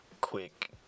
quick